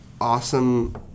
awesome